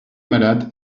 malades